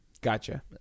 Gotcha